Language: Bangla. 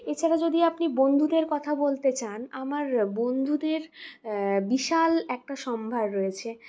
এছাড়া যদি আপনি বন্ধুদের কথা বলতে চান আমার বন্ধুদের বিশাল একটা সম্ভার রয়েছে